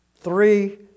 three